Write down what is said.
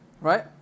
right